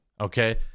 Okay